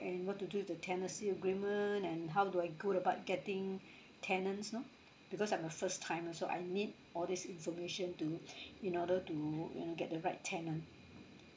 and what to do with the tenancy agreement and how do I go about getting tenants now because I'm a first timer also I need all these information to in order to you know get the right tenant